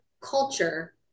culture